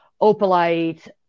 opalite